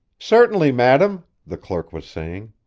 certainly, madam, the clerk was saying.